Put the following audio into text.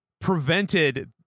prevented